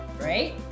Right